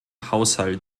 haushalt